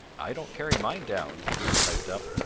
i don't carry mine down, peter piped up.